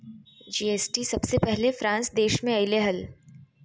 GST सबसे पहले France देश मे अइले हल